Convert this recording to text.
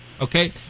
Okay